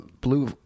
blue